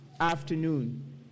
afternoon